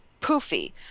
poofy